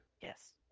Yes